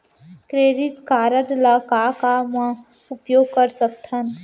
Credit card ला का का मा उपयोग कर सकथन?